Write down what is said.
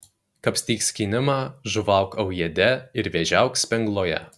kapstyk skynimą žuvauk aujėde ir vėžiauk spengloje